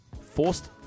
forced